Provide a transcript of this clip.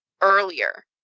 earlier